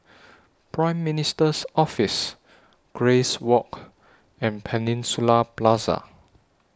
Prime Minister's Office Grace Walk and Peninsula Plaza